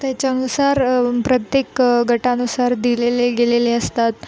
त्याच्यानुसार प्रत्येक गटानुसार दिलेले गेलेले असतात